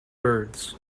birds